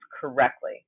correctly